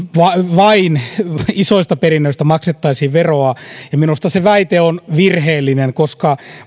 vain isoista perinnöistä maksettaisiin veroa ja minusta se väite on virheellinen koska